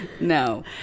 No